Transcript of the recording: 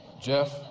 Jeff